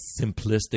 simplistic